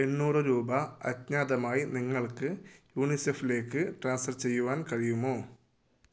എണ്ണൂറ് രൂപ അജ്ഞാതമായി നിങ്ങൾക്ക് യുനിസെഫിലേക്ക് ട്രാൻസ്ഫർ ചെയ്യുവാൻ കഴിയുമോ